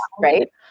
right